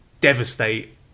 devastate